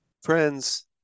friends